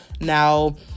now